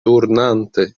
turnante